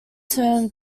term